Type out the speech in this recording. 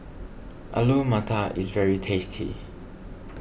Alu Matar is very tasty